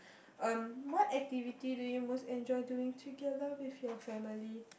um what activity do you most enjoy doing together with your family